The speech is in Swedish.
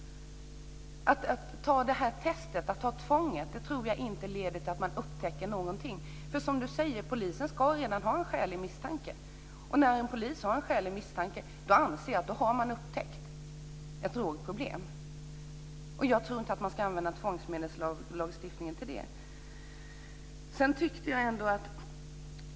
Tvånget att göra testet tror jag inte leder till att man upptäcker någonting. Som Ingemar Vänerlöv säger ska polisen redan ha en skälig misstanke. När en polis har en skälig misstanke anser jag att man har upptäckt ett drogproblem. Jag tror inte att man ska använda tvångsmedelslagstiftningen till det.